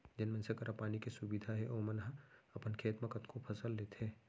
जेन मनसे करा पानी के सुबिधा हे ओमन ह अपन खेत म कतको फसल लेथें